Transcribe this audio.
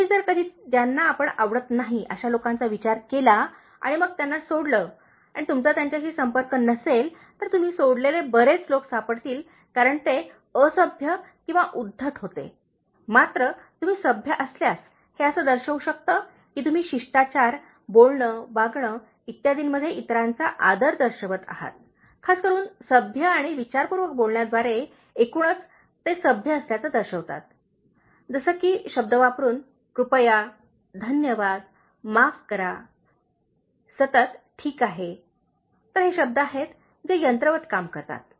तुम्ही जर कधी ज्यांना आपण आवडत नाही अशा लोकांचा विचार केला आणि मग त्यांना सोडले आणि तुमचा त्यांच्याशी संपर्क नसेल तर तुम्ही सोडलेले बरेच लोक सापडतील कारण ते असभ्य किंवा उद्धट होते मात्र तुम्ही सभ्य असल्यास हे असे दर्शविते की तुम्ही शिष्टाचार बोलणे वागणे इत्यादींमध्ये इतरांचा आदर दर्शवित आहात खासकरुन सभ्य आणि विचारपूर्वक बोलण्याद्वारे एकूणच ते सभ्य असल्याचे दर्शवितात जसे की शब्द वापरुन कृपया धन्यवाद माफ करा सतत ठिक आहे तर हे शब्द आहेत जे यंत्रवत काम करतात